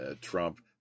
Trump